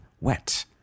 wet